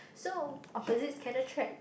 so opposites can attract